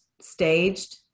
staged